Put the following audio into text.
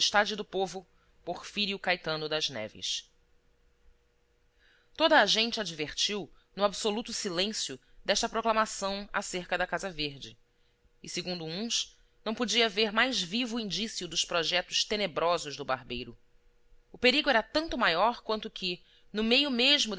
e do povo porfírio caetano das neves toda a gente advertiu no absoluto silêncio desta proclamação acerca da casa verde e segundo uns não podia haver mais vivo indício dos projetos tenebrosos do barbeiro o perigo era tanto maior quanto que no meio mesmo